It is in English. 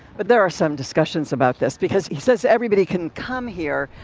but there are some discussions about this because he says everybody can come here,